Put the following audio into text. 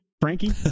Frankie